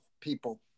people